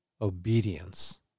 obedience